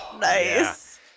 Nice